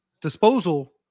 Disposal